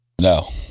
No